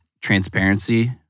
transparency